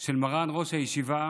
של מרן ראש הישיבה